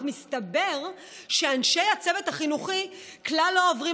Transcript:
אך מסתבר שאנשי הצוות החינוכי כלל לא עוברים